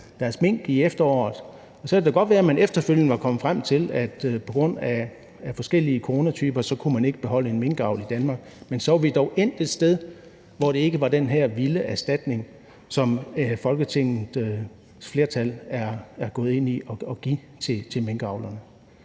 kan det da godt være, at man efterfølgende var kommet frem til, at på grund af forskellige coronatyper kunne man ikke beholde minkavl i Danmark, men så var vi dog endt et sted, hvor det ikke var den her vilde erstatning, som Folketingets flertal er gået ind på at give til minkavlerne.